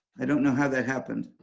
i don't know how that happened.